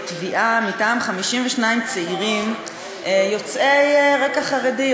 תביעה מטעם 52 צעירים יוצאי רקע חרדי,